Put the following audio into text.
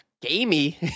gamey